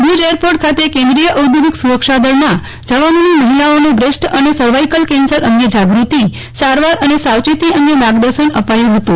Bhuj airport ખાતે કેન્દ્રીય ઔધોગિક સુરક્ષાદળનાં જવાનોની મહિલાઓ ને બ્રેસ્ટ અને સર્વાઈકલ કેન્સર અંગે જાગૃતિ સારવાર અને સાવચેતી અંગે માર્ગદર્શન આપ્યું ફતું